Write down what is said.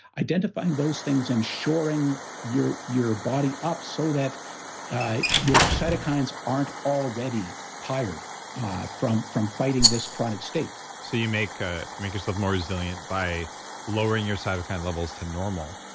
identifying those things and shoring your your body up so that your cytokines aren't already tired from from fighting this chronic state so, you make ah you make yourself more resilient by lowering your cytokine levels to normal.